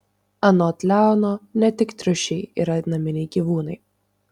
anot leono ne tik triušiai yra naminiai gyvūnai